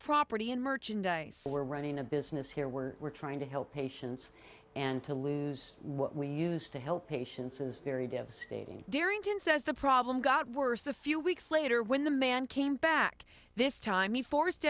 property and merchandise for running a business here where we're trying to help patients and to lose what we use to help patients is very devastating derrington says the problem got worse a few weeks later when the man came back this time he forced